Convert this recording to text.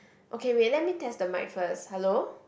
okay wait let me test the mic first hello